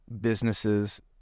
businesses